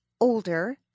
older